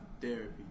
therapy